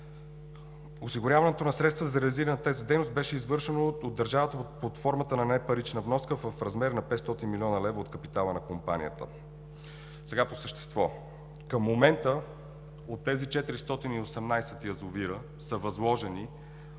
Осигуряването на средства за реализирането на тази дейност беше извършено от държавата под формата на непарична вноска в размер на 500 млн. лв. от капитала на Компанията. Сега по същество. Към момента от тези 418 язовира са възложени